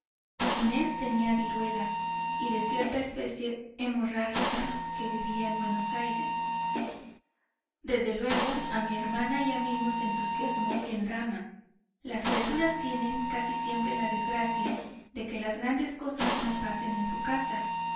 inés tenía viruela y de cierta especie hemorrágica que vivía en buenos aires desde luego a mi hermana y a mí nos entusiasmó el drama las criaturas tienen casi siempre la desgracia de que las grandes cosas no pasen en su casa